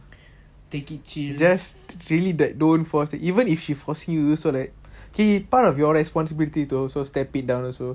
take it chill that don't force even if she force you solid he part of your responsibility to also stepping down also